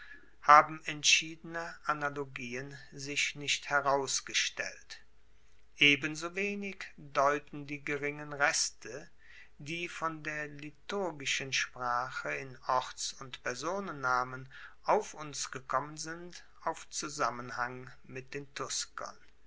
haben entscheidende analogien sich nicht herausgestellt ebensowenig deuten die geringen reste die von der liturgischen sprache in orts und personennamen auf uns gekommen sind auf zusammenhang mit den tuskern